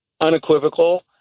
unequivocal